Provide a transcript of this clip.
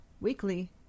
weekly